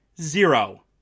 zero